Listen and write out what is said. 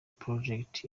projet